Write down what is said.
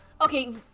Okay